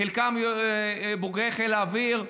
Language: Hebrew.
חלקם בוגרי חיל האוויר.